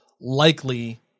likely